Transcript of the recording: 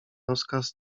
rozkaz